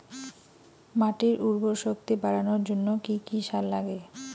মাটির উর্বর শক্তি বাড়ানোর জন্য কি কি সার লাগে?